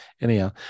anyhow